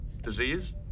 Disease